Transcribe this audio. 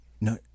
No